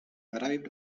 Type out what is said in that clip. arrived